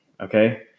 okay